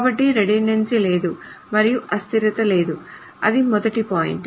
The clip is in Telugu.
కాబట్టి రిడెండెన్సీ లేదు మరియు అస్థిరత లేదు అది మొదటి పాయింట్